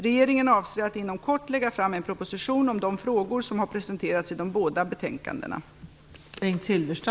Regeringen avser att inom kort lägga fram en proposition om de frågor som har presenterats i de båda betänkandena.